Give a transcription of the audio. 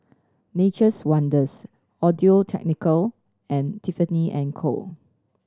Nature's Wonders Audio Technica and Tiffany and Co